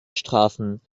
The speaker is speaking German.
strafen